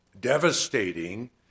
devastating